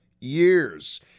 years